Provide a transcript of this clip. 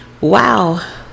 wow